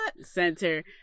Center